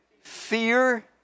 Fear